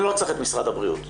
אני לא צריך את משרד הבריאות.